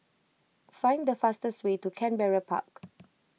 find the fastest way to Canberra Park